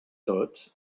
tots